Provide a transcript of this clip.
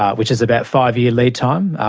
ah which is about five-year lead time.